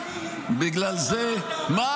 בגלל זה --- על סעיף שמירת דינים לא שמעת?